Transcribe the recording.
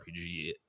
rpg